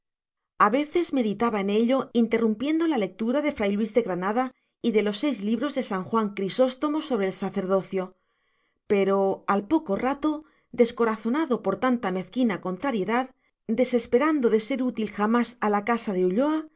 a veces meditaba en ello interrumpiendo la lectura de fray luis de granada y de los seis libros de san juan crisóstomo sobre el sacerdocio pero al poco rato descorazonado por tanta mezquina contrariedad desesperando de ser útil jamás a la casa de ulloa